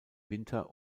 winter